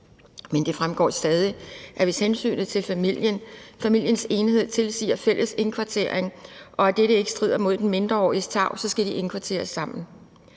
men det fremgår stadig, at hvis hensynet til familiens enhed tilsiger fælles indkvartering og dette ikke strider mod den mindreåriges tarv, skal de indkvarteres sammen.